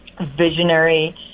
visionary